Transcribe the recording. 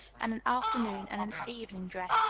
and an afternoon and an evening dress,